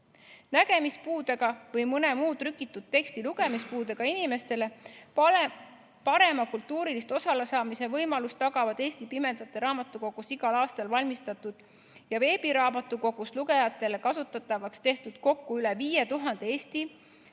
Nägemispuudega või mõne muu trükitud teksti lugemise puudega inimestele tagavad parema kultuurist osasaamise võimaluse Eesti Pimedate Raamatukogus igal aastal valmistatud ja veebiraamatukogus lugejatele kasutatavaks tehtud kokku üle 5000 eesti-